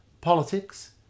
politics